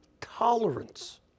tolerance